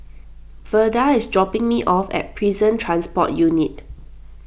Verda is dropping me off at Prison Transport Unit